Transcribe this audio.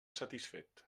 satisfet